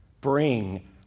Bring